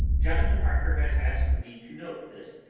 jonathan harker has asked me to note this,